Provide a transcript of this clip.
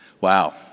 Wow